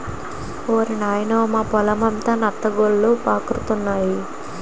ఓరి నాయనోయ్ మా పొలమంతా నత్త గులకలు పాకురుతున్నాయి